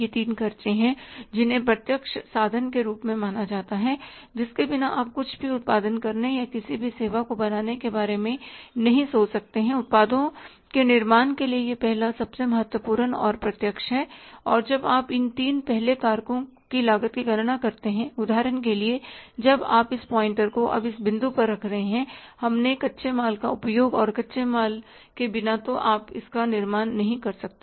ये तीन खर्चे हैं जिन्हें प्रत्यक्ष साधन के रूप में माना जाता है जिसके बिना आप कुछ भी उत्पादन करने या किसी भी सेवा को बनाने के बारे में नहीं सोच सकते हैं उत्पादों के निर्माण के लिए यह पहलासबसे महत्वपूर्ण और प्रत्यक्ष है और जब आप इन तीन पहले कारको की लागत की गणना करते हैं उदाहरण के लिए जब आप इस पॉइंटर को अब इस बिंदु पर देख रहे हैं कि हमने कच्चे माल का उपयोग और कच्चे माल के बिना तो आप इसका निर्माण नहीं कर सकते